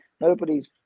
nobody's